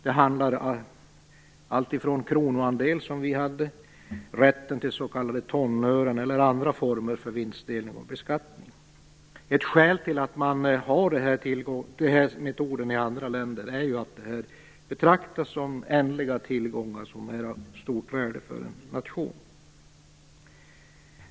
Det handlar om allt från kronoandel, som vi hade, rätten till s.k. tonören eller andra former för vinstdelning och beskattning. Skälen till att man har denna metod i andra länder är att detta betraktas som ändliga tillgångar som är av stort värde för en nation.